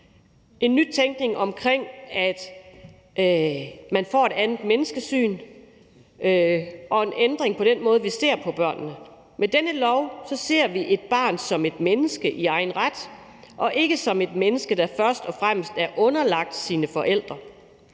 en nytænkning i form af et andet menneskesyn og en ændring af den måde, vi ser på børnene. Med denne lov ser vi et barn som et menneske i egen ret og ikke som et menneske, der først og fremmest er underlagt sine forældre.